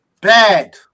Bad